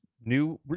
new